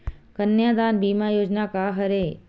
कन्यादान बीमा योजना का हरय?